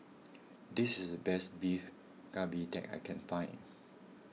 this is the best Beef Galbi that I can find